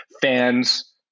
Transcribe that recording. fans